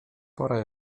pora